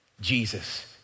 Jesus